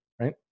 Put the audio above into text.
right